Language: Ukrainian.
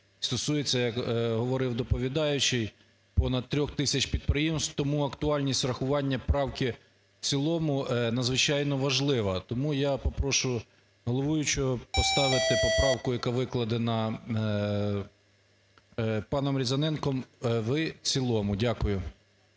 стосується, як говорив доповідаючий, понад 3 тисяч підприємств, тому актуальність рахування правки в цілому надзвичайно важлива. Тому я попрошу головуючого поставити поправку, яка викладена паном Різаненком, в цілому. Дякую.